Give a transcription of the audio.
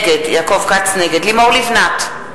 נגד לימור לבנת,